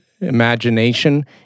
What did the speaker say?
imagination